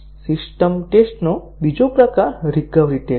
system ટેસ્ટનો બીજો પ્રકાર રિકવરી ટેસ્ટ છે